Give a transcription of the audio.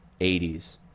80s